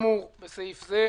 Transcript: אנחנו לא מעבירים את החוק הזה.